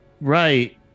Right